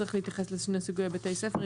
צריך להתייחס לשני סוגי בתי הספר.